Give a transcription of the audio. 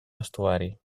vestuari